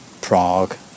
Prague